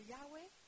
Yahweh